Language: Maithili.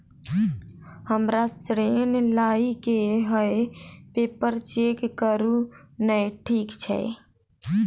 हमरा ऋण लई केँ हय पेपर चेक करू नै ठीक छई?